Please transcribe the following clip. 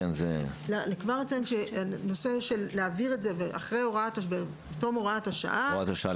אני כבר אציין שלהעביר את זה בתום הוראת השעה -- הוראה השעה,